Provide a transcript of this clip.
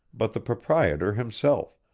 but the proprietor himself,